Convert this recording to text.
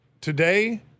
Today